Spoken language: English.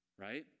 Right